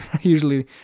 usually